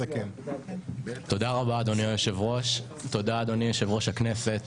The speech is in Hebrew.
תודה, אדוני היושב-ראש, כבוד יושב-ראש הכנסת,